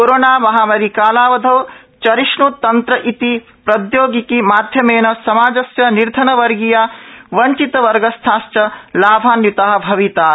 corona महामारिकालावधौ चरिष्ण्तन्त्रेति प्रौद्योगिकि माध्यमेन समाजस्य निर्धनवर्गीया वंचितवर्गस्थाश्च लाभान्विता भवितार